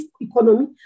economy